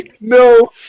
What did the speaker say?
No